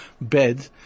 bed